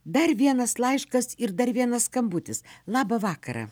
dar vienas laiškas ir dar vienas skambutis labą vakarą